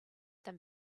them